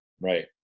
Right